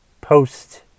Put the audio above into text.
post